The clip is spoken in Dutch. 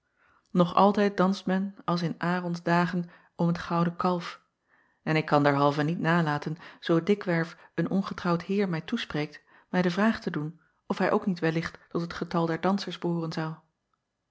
og altijd danst men als in ärons dagen om het gouden kalf en ik kan derhalve niet nalaten zoo dikwerf een ongetrouwd heer mij toespreekt mij de vraag te doen of hij ook niet wellicht tot het getal der dansers behooren zou